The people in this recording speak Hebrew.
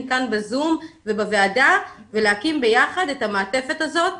כאן בזום ובוועדה ולהקים ביחד את המעטפת הזאת,